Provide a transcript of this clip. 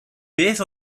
beth